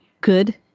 good